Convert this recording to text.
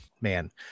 man